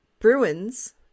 Bruins